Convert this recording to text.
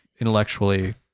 intellectually